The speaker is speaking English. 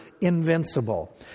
invincible